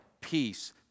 Peace